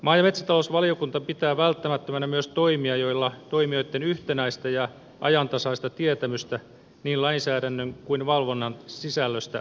maa ja metsätalousvaliokunta pitää välttämättömänä myös toimia joilla toimijoitten yhtenäistä ja ajantasaista tietämystä niin lainsäädännön kuin valvonnan sisällöstä lisätään